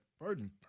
Pardon